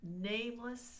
nameless